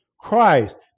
Christ